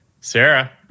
sarah